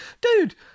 dude